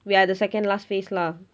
we are at the second last phase lah